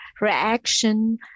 reaction